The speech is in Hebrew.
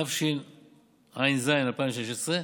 התשע"ז 2016,